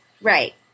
right